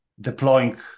deploying